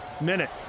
minute